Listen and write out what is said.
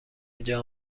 اینجا